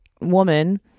woman